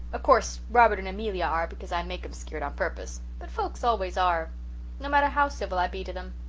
of course robert and amelia are because i make em skeered on purpose. but folks always are no matter how civil i be to them.